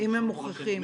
כמו שאני אומר,